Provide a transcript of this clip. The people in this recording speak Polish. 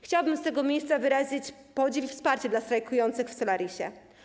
Chciałabym z tego miejsca wyrazić podziw i wsparcie dla strajkujących w Solarisie.